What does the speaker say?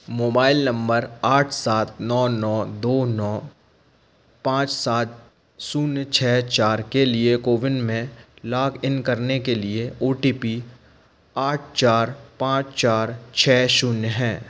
mobile number आठ सात नौ नौ दो नौ पाँच सात शून्य छ चार के लिए को विन में लॉग इन करने के लिए ओ टी पी आठ चार पाँच चार छ शून्य है